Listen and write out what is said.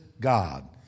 god